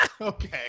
okay